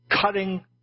cutting